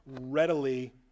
readily